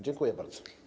Dziękuję bardzo.